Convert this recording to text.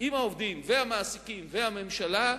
עם העובדים, המעסיקים והממשלה,